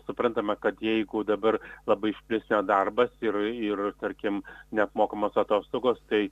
suprantama kad jeigu dabar labai išplis nedarbas ir ir tarkim neapmokamos atostogos tai